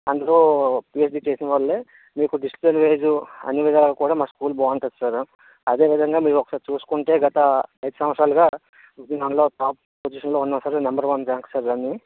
అందరూ పీహెచ్డీ చేసిన వాళ్ళే మీకు డిసిప్లిన్ వైజు అన్ని విధాలుగా కూడా మా స్కూల్ బాగుంటుంది సారు అదే విధంగా మీరొకసారి చూసుకుంటే గత ఐదు సంవత్సరాలుగా విజయనగరంలో టాప్ పొజిషన్లో ఉన్నాం sir number one rank sir అన్నీ